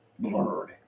blurred